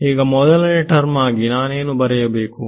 ಈಗ ಮೊದಲನೇ ಟರ್ಮ್ ಆಗಿ ನಾನೇನು ಬರೆಯಬೇಕು